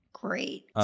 Great